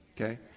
Okay